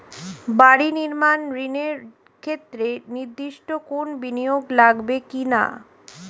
বাড়ি নির্মাণ ঋণের ক্ষেত্রে নির্দিষ্ট কোনো বিনিয়োগ লাগবে কি না?